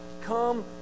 come